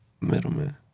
Middleman